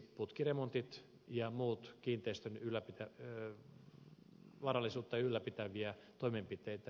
putkiremontit ja muut kiinteistön varallisuutta ylläpitävät toimenpiteet